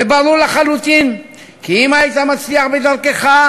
וברור לחלוטין כי אם היית מצליח בדרכך